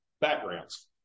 backgrounds